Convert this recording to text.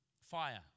fire